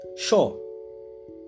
Sure